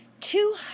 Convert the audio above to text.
Two